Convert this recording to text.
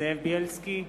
זאב בילסקי,